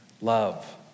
love